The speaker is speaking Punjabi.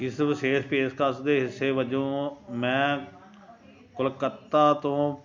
ਇਸ ਵਿਸ਼ੇਸ਼ ਪੇਸ਼ਕਸ਼ ਦੇ ਹਿੱਸੇ ਵਜੋਂ ਮੈਂ ਕੋਲਕਾਤਾ ਤੋਂ